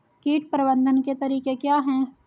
कीट प्रबंधन के तरीके क्या हैं?